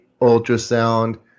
ultrasound